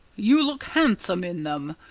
you look handsome in them.